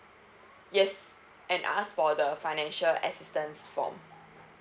yes and ask for the financial assistance form